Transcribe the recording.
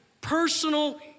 personal